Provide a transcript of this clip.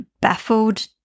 baffled